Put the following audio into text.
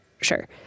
Sure